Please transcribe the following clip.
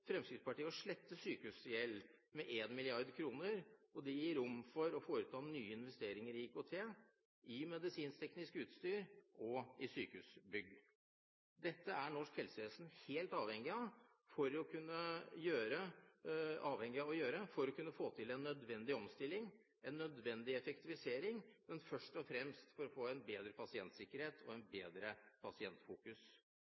Fremskrittspartiet å slette sykehusgjeld med 1 mrd. kr. Det gir rom for å foreta nye investeringer i IKT, i medisinsk-teknisk utstyr og i sykehusbygg. Dette er norsk helsevesen helt avhengig av å gjøre for å kunne få til en nødvendig omstilling og en nødvendig effektivisering, men først og fremst for å få en bedre pasientsikkerhet og